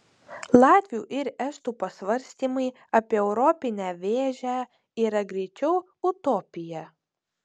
latvių ir estų pasvarstymai apie europinę vėžę yra greičiau utopija